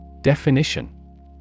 Definition